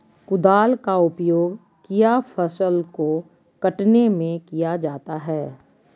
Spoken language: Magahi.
कुदाल का उपयोग किया फसल को कटने में किया जाता हैं?